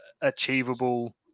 achievable